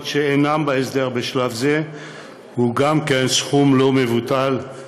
שאינן בהסדר בשלב זה הוא גם כן סכום לא מבוטל,